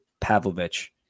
Pavlovich